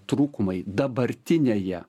trūkumai dabartinėje